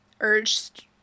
urged